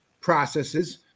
processes